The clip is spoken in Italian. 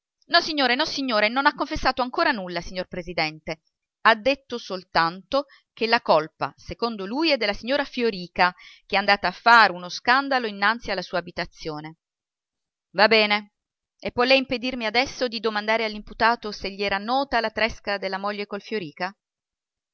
nulla signor presidente ha detto soltanto che la colpa secondo lui è della signora fiorìca che è andata a far uno scandalo innanzi alla sua abitazione va bene e può lei impedirmi adesso di domandare all'imputato se gli era nota la tresca della moglie col fiorìca